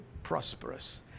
Prosperous